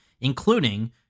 including